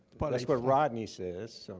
well, that's what rodney says,